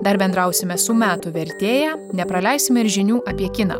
dar bendrausime su metų vertėja nepraleisime ir žinių apie kiną